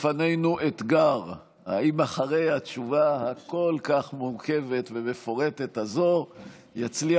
לפנינו אתגר: האם אחרי התשובה הכל-כך מורכבת ומפורטת הזאת יצליח